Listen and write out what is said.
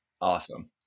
Awesome